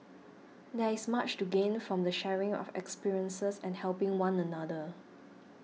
there is much to gain from the sharing of experiences and helping one another